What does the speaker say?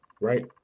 right